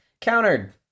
countered